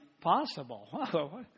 possible